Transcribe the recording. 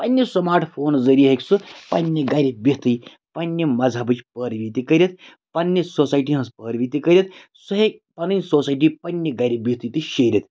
پَننہِ smart phone ذٔریعہِ ہیٚکہِ سُہ پَننہِ گَرِ بِہتھٕے پنٛنہِ مذہبٕچ پٲروی تہِ کٔرِتھ پنٛنہِ سوسایٹی ہٕنٛز پٲروی تہِ کٔرِتھ سُہ ہیٚکہِ پَنٕنۍ سوسایٹی پنٛنہِ گَرِ بِہتھٕے تہِ شیرِتھ